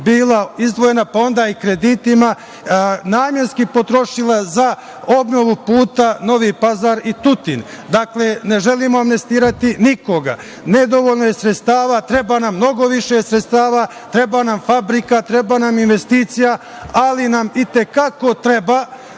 bila izdvojena, pa onda i kreditima, namenski potrošila za obnovu puta Novi Pazar i Tutin. Dakle, ne želimo amnestirati nikoga, nedovoljno je sredstava. Treba nam mnogo više sredstava, treba nam fabrika, treba nam investicija, ali nam i te kako treba